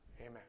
Amen